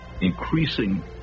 increasing